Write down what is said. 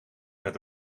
met